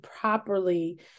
properly